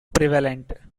prevalent